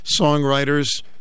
songwriters